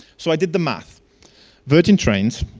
so i did the math virgin trains